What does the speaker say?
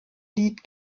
lied